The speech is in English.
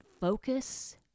focus